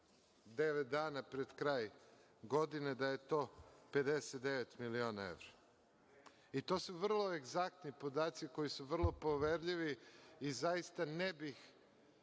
dana pred kraj godine, da je to 59 miliona evra i to su vrlo egzaktni podaci koji su vrlo poverljivi i zaista ne bih